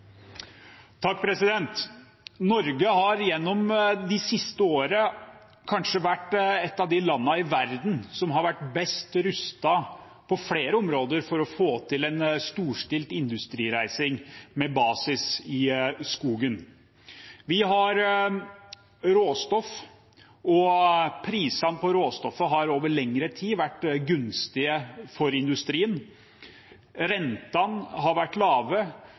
Norge har gjennom de siste årene kanskje vært et av de landene i verden som har vært best rustet på flere områder for å få til en storstilt industrireising med basis i skogen. Vi har råstoff, og prisene på råstoffet har over lengre tid vært gunstige for industrien. Rentene har vært lave,